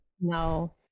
no